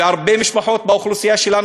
ובהרבה משפחות באוכלוסייה שלנו,